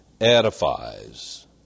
edifies